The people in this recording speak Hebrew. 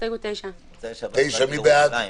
הסתייגות מס' 29. מי בעד ההסתייגות?